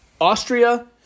Austria